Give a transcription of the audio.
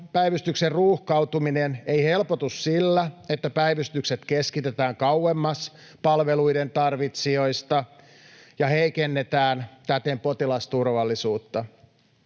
Päivystyksen ruuhkautuminen ei helpotu sillä, että päivystykset keskitetään kauemmas palveluiden tarvitsijoista ja heikennetään täten potilasturvallisuutta.